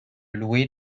louer